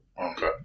Okay